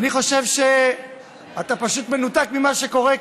אני חושב שאתה פשוט מנותק ממה שקורה כאן.